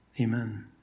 Amen